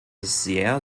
sehr